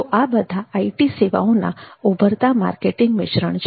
તો આ બધા આઈટી સેવાઓ ના ઉભરતા માર્કેટિંગ મિશ્રણ છે